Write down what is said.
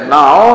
now